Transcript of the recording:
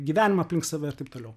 gyvenimą aplink save ir taip toliau